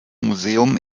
museum